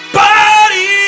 body